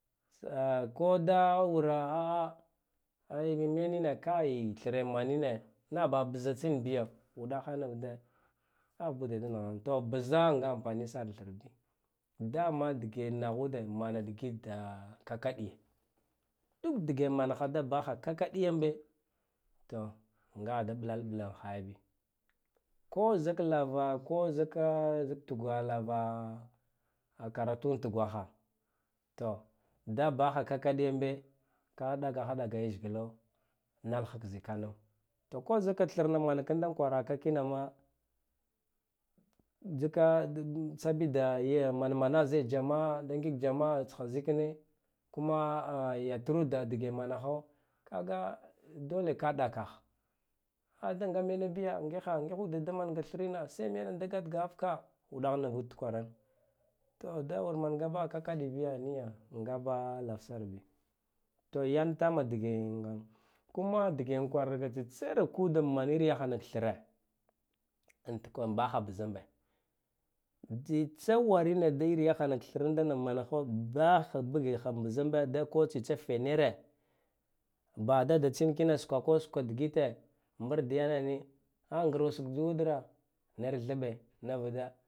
Tsa koda wura menina kai thremanina naghbaha bza tsinbiyo uɗahe nvude aghbud da to bza nga amfani saranthibi dama dge naghude mana digidda kakaɗiye duk dge maha da baha kakaiyambe to ngaha da mblal mɓla yahabi kozik lava to zika zik tgwa karatun tgwakha da baha kakaɗiyambe ko ɗagagha daga leshgla nalghak zikan to ko zikan thima mana kandan kwaraka kina ma zika da-tstsa boda mana mana ze jama'a da ngik jama'a tskha zikne kuma yatrudge managho kaga dole ka ɗakagh a dan nga ba mena biya ngikha-ngigh ude damanga threna sai mena da gatgzikhafka uɗagh nuvudtkwaran to da wur mangabaha kakaibiya niya ngaba lavsar bio to yan tama dge kuma dgen kwargaka tatsa kwerak uda manaaghak thre ant kambaha bzannambe tsitsa warine da ngig yaghanak thinda managho bakhabagegha bzanbe da ko tsitsa fenere ba dada tsin kina skwako skwa dgite mbiryaneni a ngarwa sukdukra naira thbe nvude